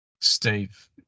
Steve